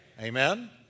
Amen